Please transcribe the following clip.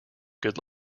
good